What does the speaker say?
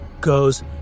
goes